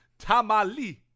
Tamali